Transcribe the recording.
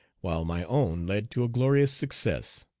while my own led to a glorious success.